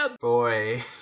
Boy